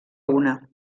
una